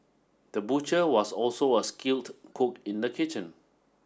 the butcher was also a skilled cook in the kitchen